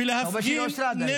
הוא אומר שהיא לא אושרה עדיין.